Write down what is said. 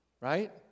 right